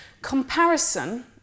Comparison